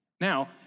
Now